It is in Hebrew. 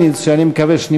מי משיב על זה?